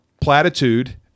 platitude